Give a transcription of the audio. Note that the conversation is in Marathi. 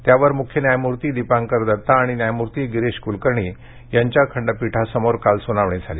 त्यावर मुख्य न्यायमूर्ती दीपांकर दत्ता आणि न्यायमूर्ती गिरीश कुलकर्णी यांच्या खंडपीठापुढं काल सुनावणी झाली